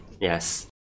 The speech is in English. yes